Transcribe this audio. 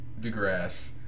deGrasse